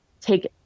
take